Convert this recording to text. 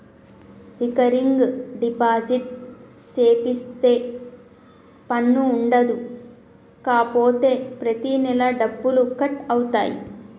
recurring deposit సేపిత్తే పన్ను ఉండదు కాపోతే ప్రతి నెలా డబ్బులు కట్ అవుతాయి